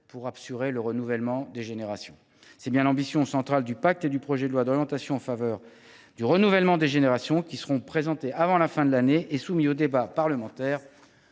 pour assurer le renouvellement des générations. Telle est bien l’ambition centrale du pacte et du projet de loi d’orientation en faveur du renouvellement des générations en agriculture, qui seront présentés avant la fin de l’année et soumis au débat parlementaire